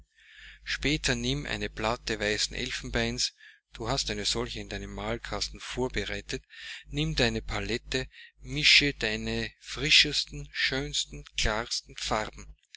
später nimm eine platte weißen elfenbeins du hast eine solche in deinem malkasten vorbereitet nimm deine palette mische deine frischesten schönsten klarsten farben